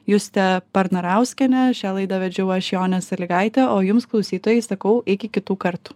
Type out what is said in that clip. juste parnarauskiene šią laidą vedžiau aš jonė salygaitė o jums klausytojai sakau iki kitų kartų